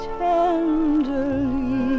tenderly